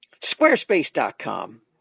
Squarespace.com